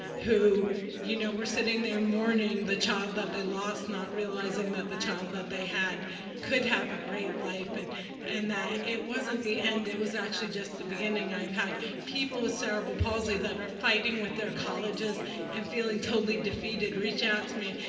who you know were sitting there mourning the child that they lost, not realizing that the child that they had could have a great life. and and that it wasn't the end it was actually just the beginning. i've had people with cerebral palsy that are fighting with their colleges and feeling totally defeated reach out to me.